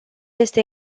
este